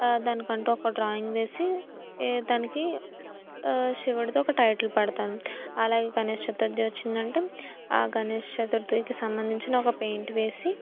దానికంటూ ఒక డ్రాయింగ్ వేసి ఏ దానికి శివుడిదొక టైటిల్ పెడతాను అలాగే గణేష్ చతుర్థి వచ్చిందంటే ఆ గణేష్ చతుర్థికి సంబంధించిన ఒక పెయింట్ వేసి